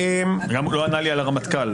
והשאלה היא אם היא נוגעת לחרויות הפרט.